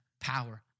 power